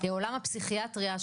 עולם הפסיכיאטריה,